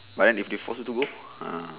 but then if they force you to go ah